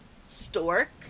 Stork